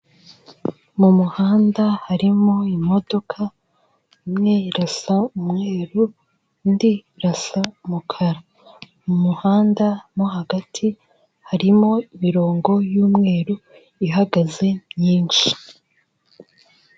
mu muhanda harimo imodoka; imwe irasa umweru, indi irasa mukara. Mu muhanda mo hagati harimo imirongo y'umweru ihagaze myinshi.